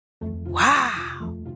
Wow